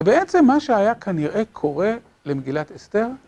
ובעצם מה שהיה כנראה קורה למגילת אסתר